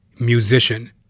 musician